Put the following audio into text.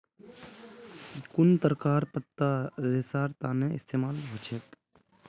कुन तरहकार पत्ता रेशार तने इस्तेमाल हछेक